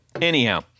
anyhow